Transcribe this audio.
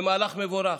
מהלך מבורך.